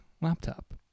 laptop